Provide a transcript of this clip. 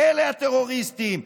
אלה הטרוריסטים,